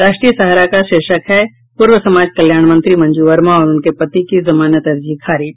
राष्ट्रीय सहारा का शीर्षक है पूर्व समाज कल्याण मंत्री मंजू वर्मा और उनके पति की जमानत अर्जी खारिज